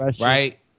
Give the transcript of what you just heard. Right